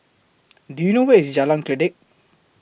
Do YOU know Where IS Jalan Kledek